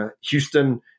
Houston